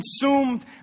consumed